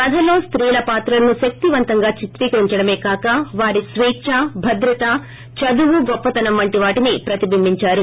కధలో స్తీల పాత్రలను శక్తివంతంగా చిత్రికరించడమే కాకా వారి స్కేచ్చా భద్రతా చదువు గొప్పతనం పంటి వాటిని ప్రతిబింబించారు